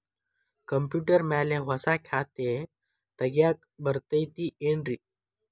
Computer ಮ್ಯಾಲೆ ಹೊಸಾ ಖಾತೆ ತಗ್ಯಾಕ್ ಬರತೈತಿ ಏನ್ರಿ?